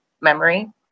memory